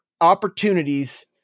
opportunities